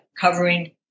covering